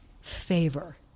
favor